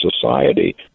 society